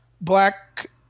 black